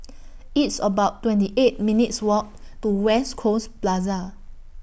It's about twenty eight minutes' Walk to West Coast Plaza